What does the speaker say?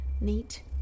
neat